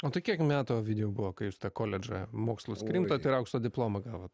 o tai kiek metų ovidijau buvo kai jūs tą koledžą mokslus krimtot ir aukso diplomą gavot